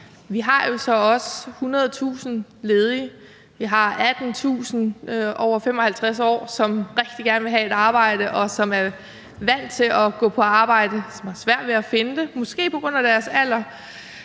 Vi har jo så også 100.000 ledige; vi har 18.000 på over 55 år, som rigtig gerne vil have et arbejde, og som er vant til at gå på arbejde, men har svært ved at finde et – måske på grund af deres alder.